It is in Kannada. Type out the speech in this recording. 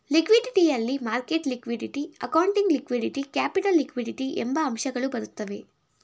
ಲಿಕ್ವಿಡಿಟಿ ಯಲ್ಲಿ market liquidity, accounting liquidity, capital liquidity ಎಂಬ ಅಂಶಗಳು ಬರುತ್ತವೆ